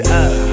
up